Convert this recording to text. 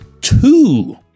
two